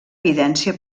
evidència